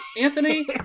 Anthony